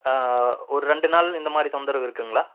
ஒரு ரெண்டு நாள் இந்தமாதிரி தொந்தரவு இருக்குங்களா